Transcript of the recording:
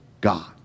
God